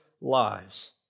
lives